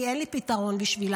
כי אין לי פתרון בשבילן.